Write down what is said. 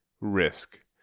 risk